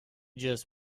just